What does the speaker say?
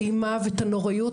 לא למחוק את האימה ואת הנוראיות,